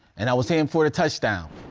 and i was heading for a touchdown.